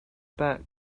back